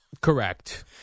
Correct